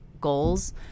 goals